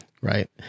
Right